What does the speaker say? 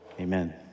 amen